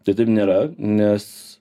tai taip nėra nes